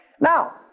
Now